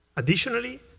additionally,